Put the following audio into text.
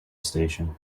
station